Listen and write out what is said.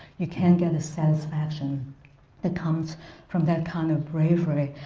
you can't get a satisfaction that comes from that kind of bravery.